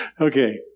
Okay